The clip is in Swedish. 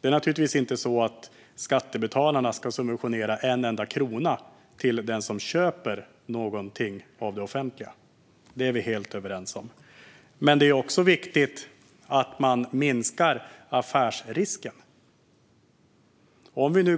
Där är vi helt överens. Naturligtvis ska inte skattebetalarna ge en enda krona i subvention till den som köper någonting av det offentliga. Men det är också viktigt att man minskar affärsrisken.